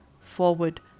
forward